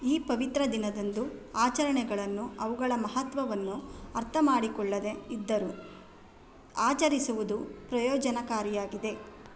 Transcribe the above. ಈ ಪವಿತ್ರ ದಿನದಂದು ಆಚರಣೆಗಳನ್ನು ಅವುಗಳ ಮಹತ್ವವನ್ನು ಅರ್ಥ ಮಾಡಿಕೊಳ್ಳದೆ ಇದ್ದರೂ ಆಚರಿಸುವುದು ಪ್ರಯೋಜನಕಾರಿಯಾಗಿದೆ